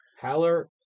Haller